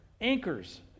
anchors